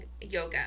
yoga